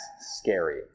scary